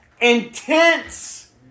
intense